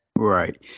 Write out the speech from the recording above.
Right